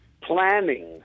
planning